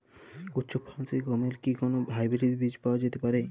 উচ্চ ফলনশীল গমের কি কোন হাইব্রীড বীজ পাওয়া যেতে পারে?